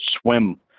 swim